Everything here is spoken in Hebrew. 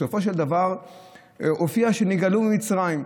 בסופו של דבר הופיע שנגאלו ממצרים.